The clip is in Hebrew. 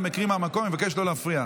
מקומיות נדחתה.